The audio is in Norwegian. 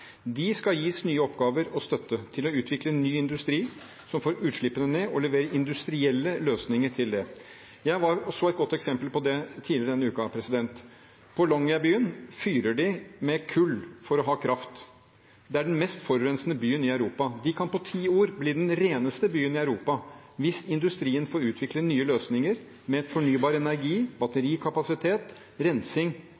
De skal gis nye oppgaver og støtte til å utvikle ny industri som får utslippene ned, og som leverer industrielle løsninger for det. Jeg så et godt eksempel på det tidligere denne uken. I Longyearbyen fyrer de med kull for å ha kraft. Det er den mest forurensede byen i Europa. Den kan på ti år bli den reneste byen i Europa hvis industrien får utvikle nye løsninger, med fornybar energi,